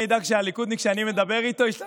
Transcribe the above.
אני אדאג שהליכודניק שאני מדבר איתו ישלח